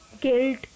guilt